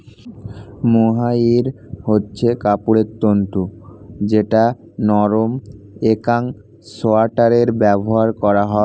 mohair হচ্ছে কাপড়ের তন্তু যেটা নরম একং সোয়াটারে ব্যবহার করা হয়